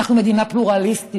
אנחנו מדינה פלורליסטית,